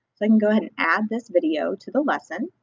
can go ahead and add this video to the lesson.